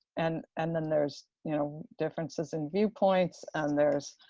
and and then there's, you know, differences in viewpoints, and there's